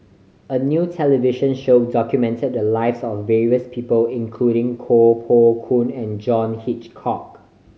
a new television show documented the lives of various people including Koh Poh Koon and John Hitchcock